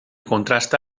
contrasta